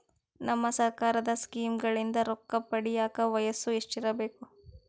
ನಮ್ಮ ಸರ್ಕಾರದ ಸ್ಕೀಮ್ಗಳಿಂದ ರೊಕ್ಕ ಪಡಿಯಕ ವಯಸ್ಸು ಎಷ್ಟಿರಬೇಕು?